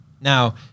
now